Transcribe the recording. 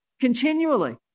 continually